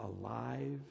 alive